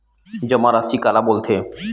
जमा राशि काला बोलथे?